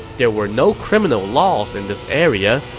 there were no criminal laws in this area,